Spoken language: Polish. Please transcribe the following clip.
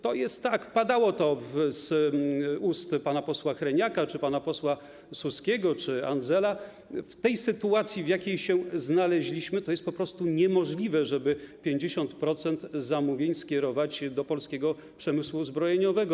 To jest tak - padało to z ust pana posła Hreniaka, pana posła Suskiego czy pana posła Andzela - że w tej sytuacji, w jakiej się znaleźliśmy, to jest po prostu niemożliwe, żeby 50% zamówień skierować do polskiego przemysłu zbrojeniowego.